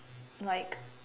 like